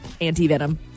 anti-venom